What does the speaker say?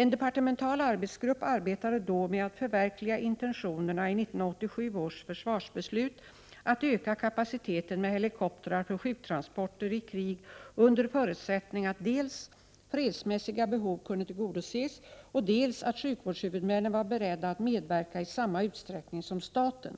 En departemental arbetsgrupp arbetade då med att förverkliga intentionerna i 1987 års försvarsbeslut att öka kapaciteten med helikoptrar för sjuktransporter i krig under förutsättning dels att fredsmässiga behov kunde tillgodoses, dels att sjukvårdshuvudmännen var beredda att medverka i samma utsträckning som staten.